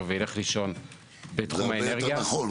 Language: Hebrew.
וילך לישון בתחום האנרגיה --- זה הרבה יותר נכון.